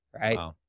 right